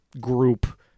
Group